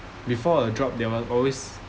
before a drop there will always